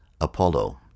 Apollo